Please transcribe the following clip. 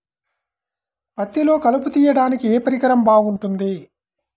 పత్తిలో కలుపు తీయడానికి ఏ పరికరం బాగుంటుంది?